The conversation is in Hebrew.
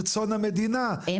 ברצון המדינה,